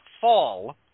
fall